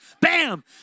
Bam